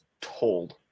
told